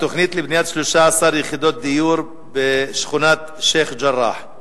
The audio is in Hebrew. התוכנית לבניית 13 יחידות דיור בשכונת שיח'-ג'ראח.